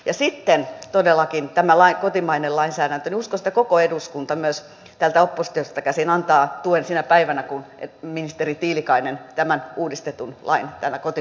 ja sitten mitä tulee todellakin tähän kotimaiseen lainsäädäntöön niin uskoisin että koko eduskunta myös täältä oppositiosta käsin antaa tuen sinä päivänä kun ministeri tiilikainen tämän uudistetun lain täällä kotimaassa tuo